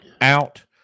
out